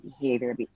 behavior